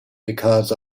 because